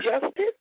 justice